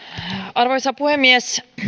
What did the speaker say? arvoisa puhemies